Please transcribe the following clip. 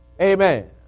Amen